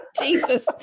Jesus